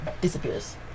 Disappears